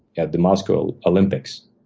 at the moscow olympics,